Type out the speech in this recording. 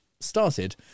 started